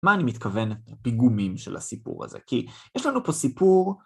מה אני מתכוון פיגומים של הסיפור הזה, כי יש לנו פה סיפור